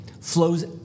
flows